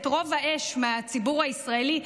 את רוב האש מהציבור הישראלי,